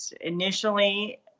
initially